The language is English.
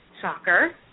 shocker